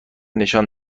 نشان